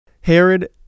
Herod